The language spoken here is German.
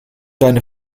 deine